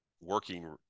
working